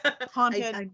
haunted